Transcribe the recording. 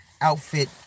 outfit